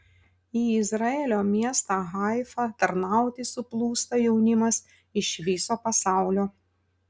į izraelio miestą haifą tarnauti suplūsta jaunimas iš viso pasaulio